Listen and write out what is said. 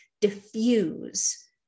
diffuse